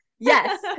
Yes